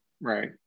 Right